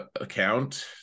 account